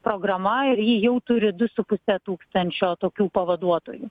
programa ir ji jau turi du su puse tūkstančio tokių pavaduotojų